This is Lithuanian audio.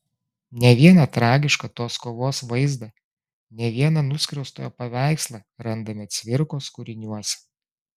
ne vieną tragišką tos kovos vaizdą ne vieną nuskriaustojo paveikslą randame cvirkos kūriniuose